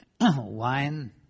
wine